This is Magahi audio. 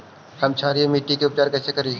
हम क्षारीय मिट्टी के उपचार कैसे करी?